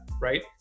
right